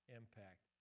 impact